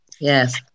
Yes